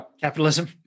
Capitalism